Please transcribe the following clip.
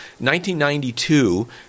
1992